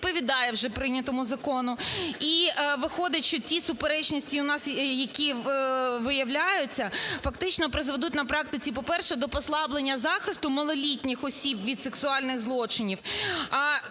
вже прийнятому закону. І виходить, що ті суперечності у нас, які виявляються, фактично призведуть на практиці, по-перше, до послаблення захисту малолітніх осіб від сексуальних злочинів.